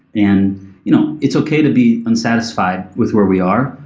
and you know it's okay to be unsatisfied with where we are,